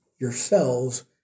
yourselves